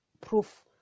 proof